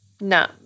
No